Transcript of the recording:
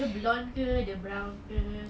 dia blonde ke brown ke